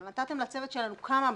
נתתם לצוות שלנו כמה בקשות,